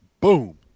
boom